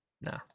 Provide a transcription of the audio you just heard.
no